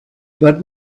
but